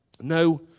No